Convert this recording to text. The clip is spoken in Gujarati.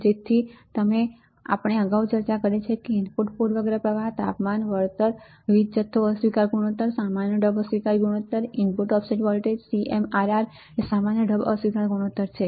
તેથી જેમ કે આપણે અગાઉ ચર્ચા કરી છે કે ઇનપુટ પૂર્વગ્રહ પ્રવાહ તાપમાન વળતરવીજ જથ્થો અસ્વીકાર ગુણોત્તર સામાન્ય ઢબ અસ્વીકાર ગુણોત્તર ઇનપુટ ઓફસેટ વોલ્ટેજ CMRR એ સામાન્ય ઢબ અસ્વીકાર ગુણોત્તર છે